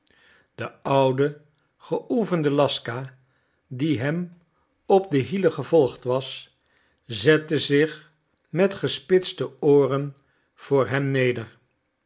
de oude geoefende laska die hem op de hielen gevolgd was zette zich met gespitste ooren voor hem neder